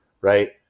right